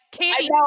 candy